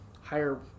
higher